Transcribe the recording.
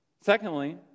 Secondly